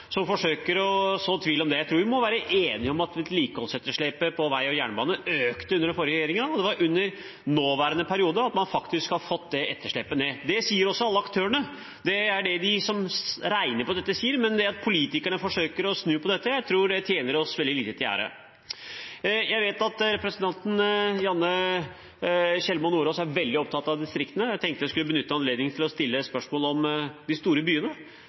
forsøker å så tvil om det. Jeg tror vi må være enige om at vedlikeholdsetterslepet på vei og jernbane økte under den forrige regjeringen, og det er under nåværende periode at man faktisk har fått det etterslepet ned. Det sier også alle aktørene, det er det de som regner på dette, sier. At politikerne forsøker å snu på det, tror jeg tjener oss veldig lite til ære. Jeg vet at representanten Janne Sjelmo Nordås er veldig opptatt av distriktene. Jeg tenkte jeg skulle benytte anledningen til å stille et spørsmål om de store byene.